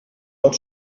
not